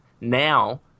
now